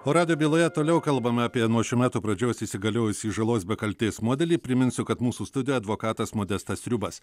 o radijo byloje toliau kalbame apie nuo šių metų pradžios įsigaliojusį žalos be kaltės modelį priminsiu kad mūsų studijoj advokatas modestas sriubas